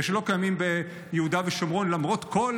ושלא קיימים ביהודה ושומרון למרות כל